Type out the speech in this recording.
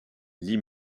lee